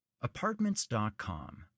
Apartments.com